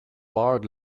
barred